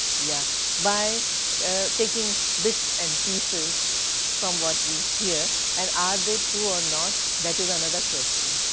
yeah by taking bits and pieces from what we hear and are they true or not, that is another question.